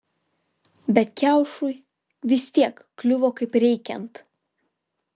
bet kiaušui vis tiek kliuvo kaip reikiant